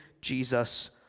Jesus